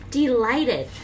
delighted